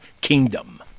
kingdom